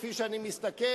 כפי שאני מסתכל,